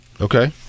okay